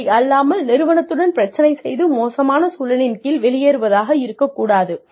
அப்படி அல்லாமல் நிறுவனத்துடன் பிரச்சனை செய்து மோசமான சூழலின் கீழ் வெளியேறுவதாக இருக்கக் கூடாது